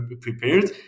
prepared